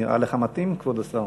נראית לך מתאימה, כבוד השר?